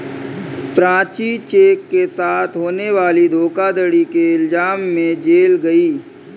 Prachi cheque के साथ होने वाली धोखाधड़ी के इल्जाम में जेल गई